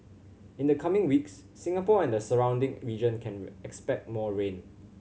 in the coming weeks Singapore and the surrounding region can expect more rain